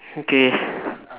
okay